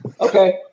Okay